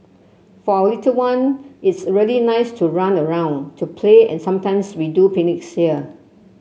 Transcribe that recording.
for our little one it's really nice to run around to play and sometimes we do picnics here